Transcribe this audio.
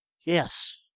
Yes